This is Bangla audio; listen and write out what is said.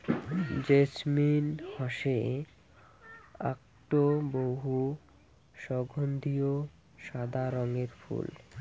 জেছমিন হসে আকটো বহু সগন্ধিও সাদা রঙের ফুল